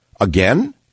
Again